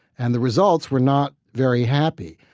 and the results were not very happy.